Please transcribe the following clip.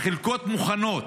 החלקות מוכנות.